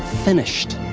finished.